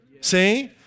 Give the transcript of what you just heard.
See